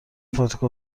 فتوکپی